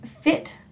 fit